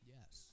Yes